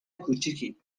کوچیکی